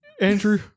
Andrew